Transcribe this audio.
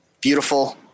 beautiful